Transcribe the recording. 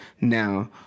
now—